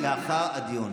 די, באמת.